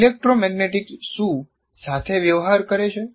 electromagnetics શું સાથે વ્યવહાર કરે છે